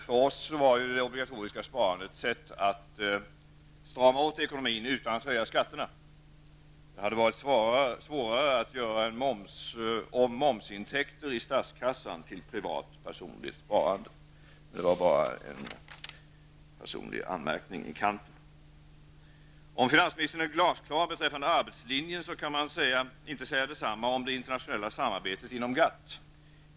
För oss var det obligatoriska sparandet ett sätt att strama åt ekonomin utan att höja skatterna. Det hade varit svårare att göra om momsintäkterna i statskassan till privat personligt sparande. Detta var bara en personlig anmärkning i kanten. Om finansministern är glasklar beträffande arbetslinjen, så kan man inte säga detsamma om det internationella samarbetet inom GATT.